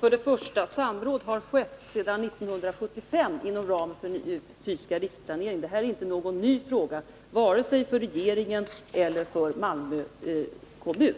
Herr talman! Samråd har skett sedan 1975 inom ramen för den fysiska riksplaneringen. Detta är inte någon ny fråga vare sig för regeringen eller för Malmö kommun.